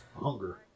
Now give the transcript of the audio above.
hunger